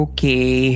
Okay